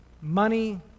money